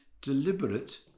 deliberate